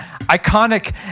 iconic